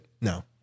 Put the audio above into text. No